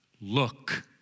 look